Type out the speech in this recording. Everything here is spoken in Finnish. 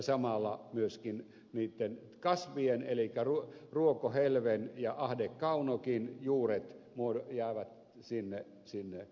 samalla myöskin niitten kasvien elikkä ruokohelven ja ahdekaunokin juuret jäävät sinne